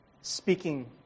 speaking